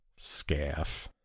Scaff